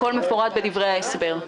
הכול מפורט בדברי ההסבר.